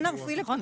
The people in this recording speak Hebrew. מי הגורמים במרב"ד?